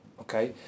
okay